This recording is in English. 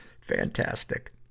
fantastic